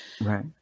Right